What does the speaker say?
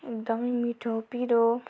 एकदमै मिठो पिरो